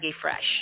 Fresh